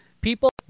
people